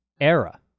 era